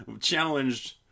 challenged